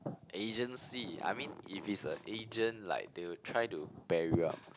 agency I mean if it's a agent like they would try to bear you up